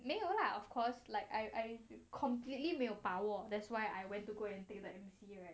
没有 lah of course like I I completely 没有把握 that's why I went to go and take let M_C right